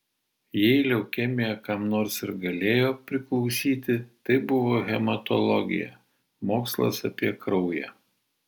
jei leukemija kam nors ir galėjo priklausyti tai buvo hematologija mokslas apie kraują